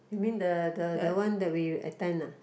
you mean the the the one that we attend ah